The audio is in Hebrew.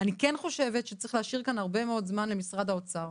נשאיר זמן ארוך יחסית לנציגי האוצר.